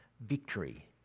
victory